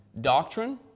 doctrine